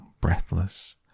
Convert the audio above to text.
breathless